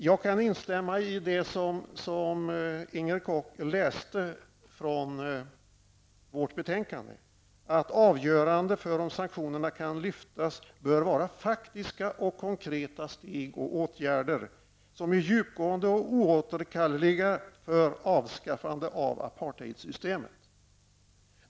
Jag kan instämma i det som Inger Koch läste upp ur vårt betänkande: ''Avgörande för om sanktionerna kan lyftas bör vara faktiska och konkreta steg och åtgärder, som är djupgående och oåterkalleliga för avskaffande av apartheidsystemet.''